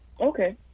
Okay